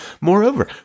Moreover